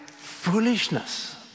foolishness